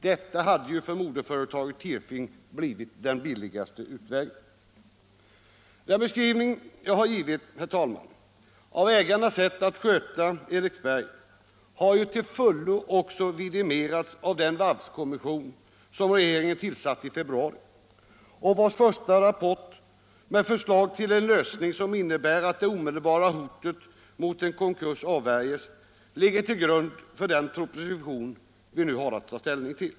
Detta hade ju för moderföretaget Tirfing blivit den billigaste utvägen. Den beskrivning jag har givit, herr talman, av ägarnas sätt att sköta Eriksberg har ju också till fullo vidimerats av den varvskommission regeringen tillsatte i februari och vars första rapport med förslag till en lösning, som innebär att det omedelbara hotet mot en konkurs avvärjs, ligger till grund för den proposition vi nu har att ta ställning till.